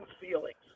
feelings